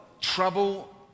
trouble